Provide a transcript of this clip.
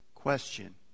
question